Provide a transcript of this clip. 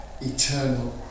eternal